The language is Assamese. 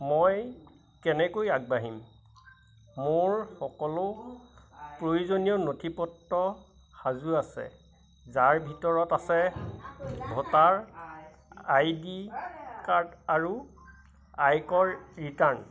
মই কেনেকৈ আগবাঢ়িম মোৰ সকলো প্ৰয়োজনীয় নথিপত্ৰ সাজু আছে যাৰ ভিতৰত আছে ভোটাৰ আই ডি কাৰ্ড আৰু আয়কৰ ৰিটাৰ্ণ